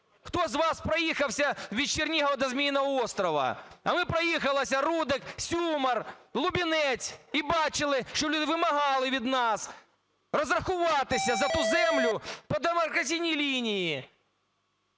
Хто з вас проїхався від Чернігова до Зміїного острова? А ми проїхалися – Рудик, Сюмар, Лубінець і бачили, що люди вимагали від нас розрахуватися за ту землю по демаркаційній лінії.